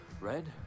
red